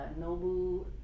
Nobu